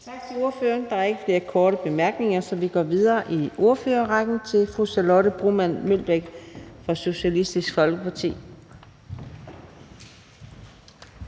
Tak til ordføreren. Der er ikke nogen korte bemærkninger, så vi går videre i ordførerrækken til fru Signe Munk, Socialistisk Folkeparti.